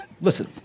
listen